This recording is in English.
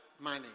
Money